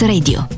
Radio